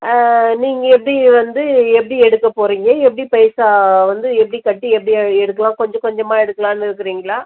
நீங்கள் எப்படி வந்து எப்படி எடுக்கப் போகிறீங்க எப்படி பைசா வந்து எப்படி கட்டி எப்படி எடுக்கலாம் கொஞ்சம் கொஞ்சமாக எடுக்கலாம்ன்னு இருக்கிறீங்களா